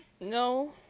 No